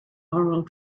oral